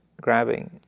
grabbing